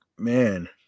Man